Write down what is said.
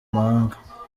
mahanga